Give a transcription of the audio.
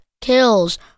kills